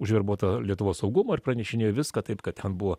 užverbuota lietuvos saugumo ir pranešinėjo viską taip kad ten buvo